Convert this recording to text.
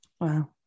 Wow